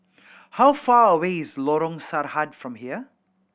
how far away is Lorong Sarhad from here